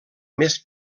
més